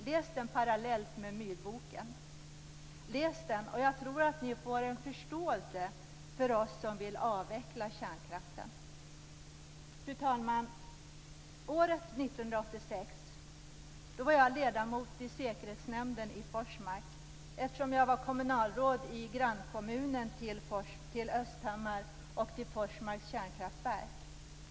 Läs den parallellt med "myrboken" och jag tror ni får en större förståelse för oss som vill avveckla kärnkraften. Fru talman! År 1986 var jag ledamot i säkerhetsnämnden i Forsmark, eftersom jag var kommunalråd i grannkommunen till Östhammar med Forsmarks kärnkraftverk.